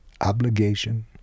obligation